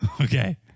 Okay